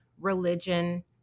religion